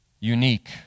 Unique